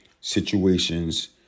situations